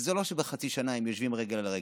וזה לא שחצי שנה הם יושבים רגל על רגל,